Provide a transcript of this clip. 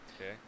Okay